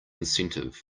incentive